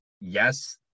Yes